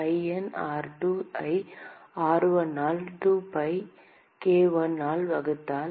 ln r2 ஐ r1 ஆல் 2pi k1 ஆல் வகுத்தால்